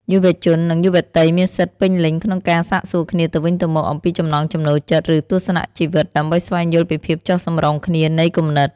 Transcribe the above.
យុវជន និងយុវតីមានសិទ្ធិពេញលេញក្នុងការសាកសួរគ្នាទៅវិញទៅមកអំពីចំណង់ចំណូលចិត្ត ឬទស្សនជីវិត ដើម្បីស្វែងយល់ពីភាពចុះសម្រុងគ្នានៃគំនិត។